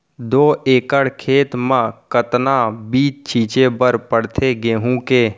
दो एकड़ खेत म कतना बीज छिंचे बर पड़थे गेहूँ के?